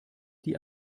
die